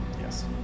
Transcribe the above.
Yes